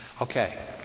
Okay